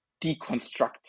deconstruct